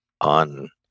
on